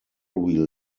wheel